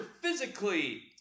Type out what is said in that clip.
physically